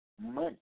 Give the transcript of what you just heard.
money